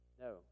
No